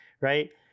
right